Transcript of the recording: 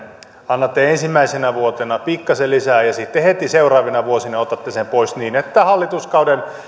annatte ensimmäisenä vuotena pikkasen lisää ja sitten heti seuraavina vuosina otatte sen pois niin että hallituskauden